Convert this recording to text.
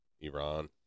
Iran